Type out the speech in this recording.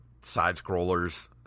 side-scrollers